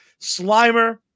Slimer